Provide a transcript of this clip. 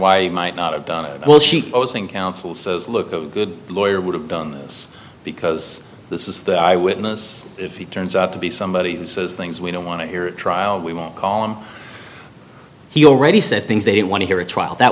why might not have done it while she counsels look good the lawyer would have done this because this is the eye witness if it turns out to be somebody who says things we don't want to hear at trial we will call him he already said things they didn't want to hear a trial that